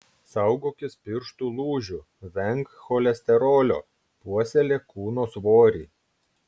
saugokis pirštų lūžių venk cholesterolio puoselėk kūno svorį